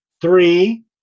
three